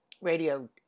radio